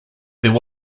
there